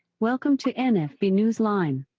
welcome to and nfb-newsline.